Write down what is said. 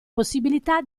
possibilità